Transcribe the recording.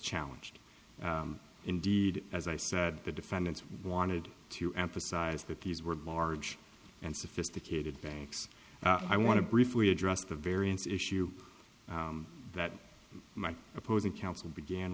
challenged indeed as i said the defendants wanted to emphasize that these were marge and sophisticated banks i want to briefly address the variance issue that might opposing counsel began